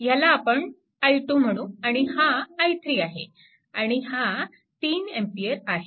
ह्याला आपण i2 म्हणू आणि हा i3 आहे आणि हा 3A आहे